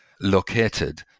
located